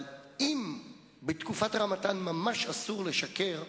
אבל אם בתקופת הרמדאן ממש אסור לשקר,